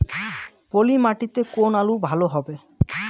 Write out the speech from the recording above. পলি মাটিতে কোন আলু ভালো হবে?